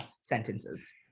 sentences